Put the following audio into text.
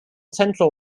central